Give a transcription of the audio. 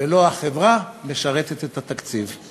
ולא החברה משרתת את התקציב".